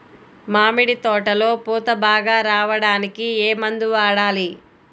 మామిడి తోటలో పూత బాగా రావడానికి ఏ మందు వాడాలి?